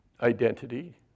identity